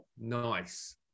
Nice